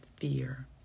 fear